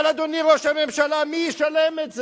אבל, אדוני ראש הממשלה, מי ישלם את זה?